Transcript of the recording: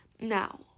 Now